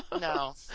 no